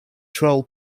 troll